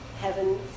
heaven